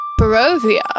Barovia